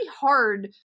hard